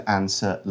answer